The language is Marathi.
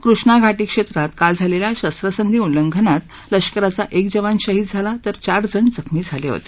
कृष्णा घाटी क्षेत्रात काल झालेल्या शस्त्रसंधी उल्लंघनात लष्कराचा एक जवान शहीद झाला तर चारजण जखमी झाले होते